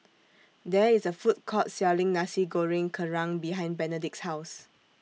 There IS A Food Court Selling Nasi Goreng Kerang behind Benedict's House